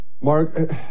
mark